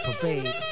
Parade